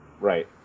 Right